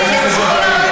אין בעיה.